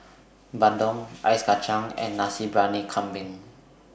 Bandung Ice Kacang and Nasi Briyani Kambing